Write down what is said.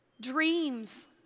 Dreams